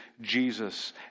Jesus